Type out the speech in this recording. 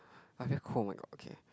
I very cold oh-my-god okay